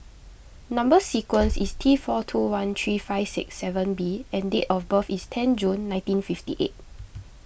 Number Sequence is T four two one three five six seven B and date of birth is ten June nineteen fifty eight